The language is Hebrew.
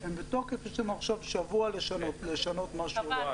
הן בתוקף ויש לנו עכשיו שבוע לשנות משהו.